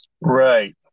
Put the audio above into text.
Right